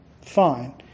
Fine